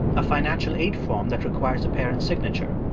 a financial aid form that requires a parent's signature.